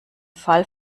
fall